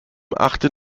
achtet